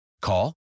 Call